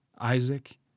Isaac